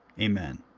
amen.